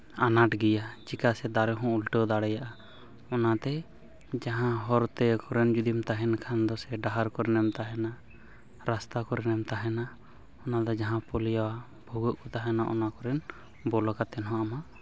ᱟᱱᱟᱴᱜᱮᱭᱟ ᱪᱤᱠᱟᱹ ᱥᱮ ᱫᱟᱨᱮ ᱦᱚᱸ ᱩᱞᱴᱟᱹᱣ ᱫᱟᱲᱮᱭᱟᱜᱼᱟ ᱚᱱᱟᱛᱮ ᱡᱟᱦᱟᱸ ᱦᱚᱨᱛᱮ ᱠᱚᱨᱮᱢ ᱡᱩᱫᱤᱢ ᱛᱟᱦᱮᱱ ᱠᱷᱟᱱ ᱫᱚ ᱥᱮ ᱰᱟᱦᱟᱨ ᱠᱚᱨᱮᱢ ᱛᱟᱦᱮᱱᱟ ᱨᱟᱥᱛᱟ ᱠᱚᱨᱮᱢ ᱛᱟᱦᱮᱱᱟ ᱚᱱᱟ ᱫᱚ ᱡᱟᱦᱟᱸ ᱠᱚ ᱞᱟᱹᱭᱟ ᱵᱷᱩᱜᱟᱹ ᱠᱚ ᱛᱟᱦᱮᱱᱟ ᱚᱱᱟ ᱠᱚᱨᱮ ᱵᱚᱞᱚ ᱠᱟᱛᱮᱫ ᱦᱚᱸ ᱟᱢᱟᱜ